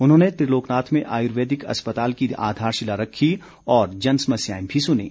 उन्होंने त्रिलोकनाथ में आयुर्वेदिक अस्पताल की आधारशिला रखी और जनसमस्याएं भी सुनीं